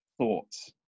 thoughts